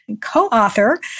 co-author